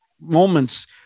moments